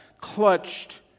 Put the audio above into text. clutched